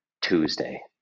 Tuesday